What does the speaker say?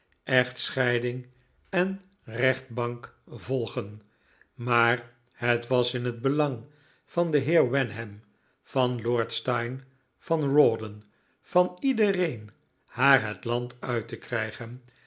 echtscheiding en rechtbank volgen maar het was in het belang van den heer wenham van lord steyne van rawdon van iedereen haar het land uit te krijgen